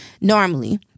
normally